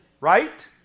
right